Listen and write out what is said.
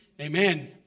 amen